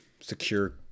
secure